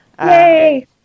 yay